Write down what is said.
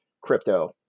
crypto